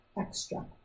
extra